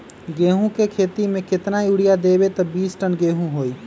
गेंहू क खेती म केतना यूरिया देब त बिस टन गेहूं होई?